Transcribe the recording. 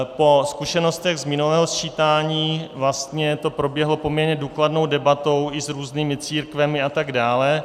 Po zkušenostech z minulého sčítání vlastně to proběhlo poměrně důkladnou debatou i s různými církvemi atd.